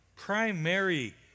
Primary